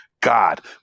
God